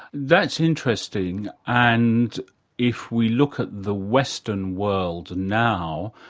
that's interesting, and if we look at the western world now,